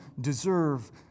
deserve